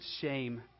shame